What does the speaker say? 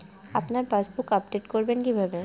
আপনার passbook update করবেন কিভাবে?